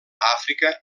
àfrica